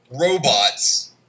Robots